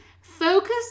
focus